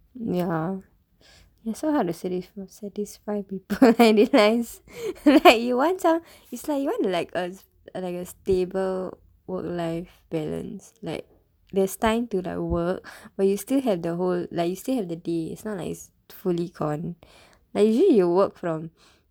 ya it's so hard to satisfy people and it's like you want some like a stable work life balance like there's time to like work where you still have the whole like you still have the day it's not nice to fully gone like usually you work from